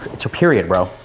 it's her period bro,